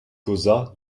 causa